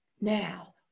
Now